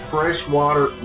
Freshwater